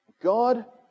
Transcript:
God